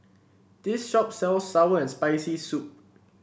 this shop sells sour and Spicy Soup